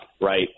right